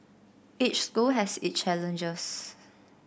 each school has its challenges